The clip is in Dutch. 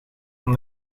van